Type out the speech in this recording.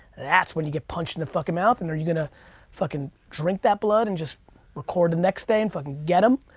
that's when you get punched in the fucking mouth, and are you gonna fucking drink that blood and just record the next day and fucking get em,